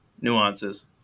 nuances